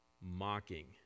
mocking